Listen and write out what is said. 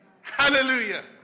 Hallelujah